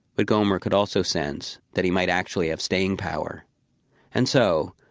but gomer could also sense that he might actually have staying power and so,